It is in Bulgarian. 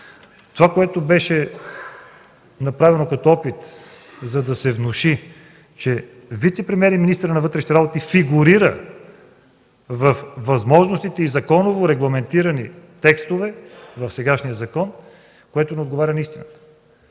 Това, което беше направено като опит, за да се внуши, че вицепремиер и министърът на вътрешните работи фигурира във възможностите и законово регламентирани текстове в сегашния закон, не отговаря на истината.